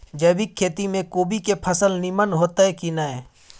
जैविक खेती म कोबी के फसल नीमन होतय की नय?